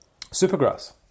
Supergrass